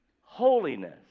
holiness